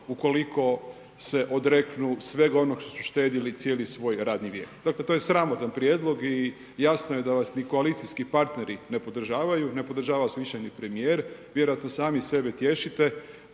ukoliko se odreknu svega onog što su štedili cijeli svoj radni vijek. Dakle to je sramotan prijedlog i jasno je da vas ni koalicijski partneri ne podržavaju, ne podržava vas više ni premijer. Vjerojatno sami sebe tješite